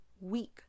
weak